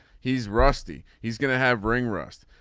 he's rusty. he's gonna have ring rust.